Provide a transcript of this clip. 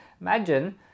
Imagine